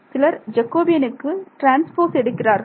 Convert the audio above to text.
சிலர் ஜெகோபியனுக்கு ட்ரான்ஸ்போஸ் எடுக்கிறார்கள்